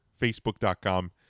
Facebook.com